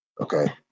okay